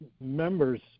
members